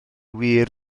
wir